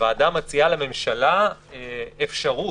הוועדה מציעה לממשלה אפשרות,